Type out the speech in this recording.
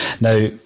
Now